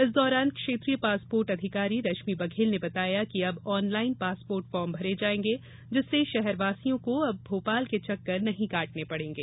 इस दौरान क्षेत्रीय पासपोर्ट अधिकारी रश्मि बघेल ने बताया कि अब ऑनलाइन पासपोर्ट फॉर्म भरे जाएंगे जिससे शहरवासियों को अब भोपाल के चक्कर नहीं काटने पड़ेंगे